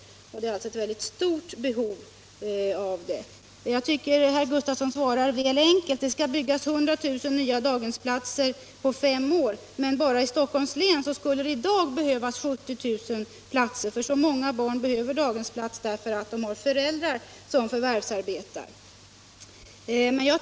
Det föreligger alltså ett mycket stort behov i detta avseende. Jag tycker att herr Gustavsson svarar väl enkelt. Det skall byggas 100 000 nya daghemsplatser på fem år. Men bara i Stockholms län skulle det i dag behövas 70 000 platser, för så många barn behöver daghemsplats därför att de har föräldrar som förvärvsarbetar.